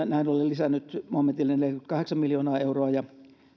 näin ollen lisännyt momentille neljäkymmentäkahdeksan miljoonaa euroa ja